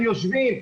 הם יושבים.